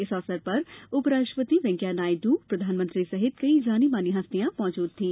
इस अवसर पर उप राष्ट्रपति वैकैया नायडू और प्रधानमंत्री सहित कई जानीमानी हस्तियां मौजूद थी